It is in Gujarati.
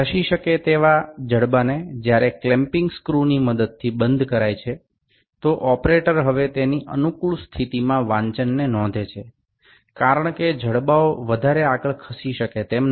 ખસી શકે તેવા જડબાને જ્યારે ક્લેમ્પીંગ સ્ક્રૂની મદદથી બંધ કરાય છે તો ઓપરેટર હવે તેની અનુકૂળ સ્થિતિમાં વાંચનને નોંધે છે કારણ કે જડબાઓ વધારે આગળ ખસી શકે તેમ નથી